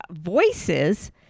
voices